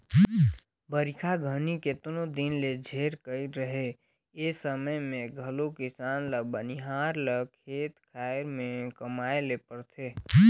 बरिखा घनी केतनो दिन ले झेर कइर रहें ए समे मे घलो किसान ल बनिहार ल खेत खाएर मे कमाए ले परथे